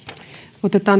otetaan